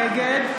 נגד